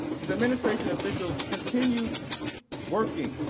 his administration officials continued working